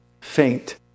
faint